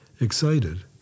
excited